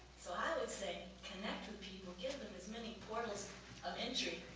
so, i would say connect with people, give them as many of imagery,